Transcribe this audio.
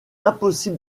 impossible